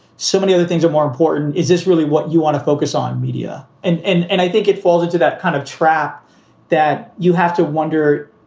so many other things are more important. is this really what you want to focus on media? and and and i think it falls into that kind of trap that you have to wonder.